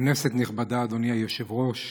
כנסת נכבדה, אדוני היושב-ראש,